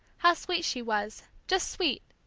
how sweet she was, just sweet,